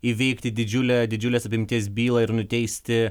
įveikti didžiulę didžiulės apimties bylą ir nuteisti